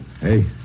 Hey